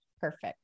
Perfect